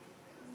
נתקבלה.